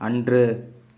அன்று